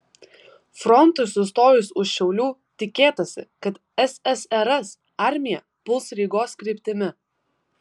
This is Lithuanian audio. frontui sustojus už šiaulių tikėtasi kad ssrs armija puls rygos kryptimi